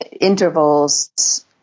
intervals